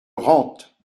rente